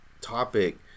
topic